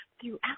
throughout